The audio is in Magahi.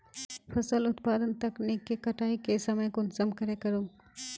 फसल उत्पादन तकनीक के कटाई के समय कुंसम करे करूम?